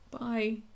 Bye